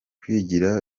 kwigira